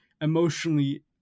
emotionally